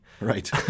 Right